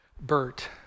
Bert